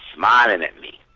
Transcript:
smiling at me,